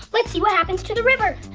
let's see what happens to the river!